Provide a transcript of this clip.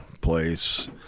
place